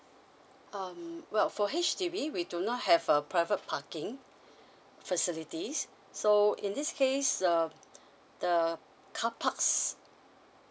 um well for H_D_B we do not have err private parking facilities so in this case the the carparks